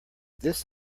this